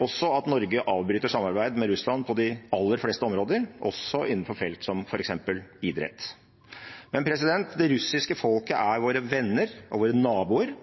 også at Norge avbryter samarbeid med Russland på de aller fleste områder, også innenfor felt som f.eks. idrett. Men det russiske folket er våre venner og naboer.